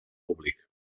públic